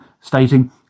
stating